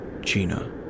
Gina